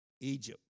Egypt